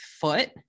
foot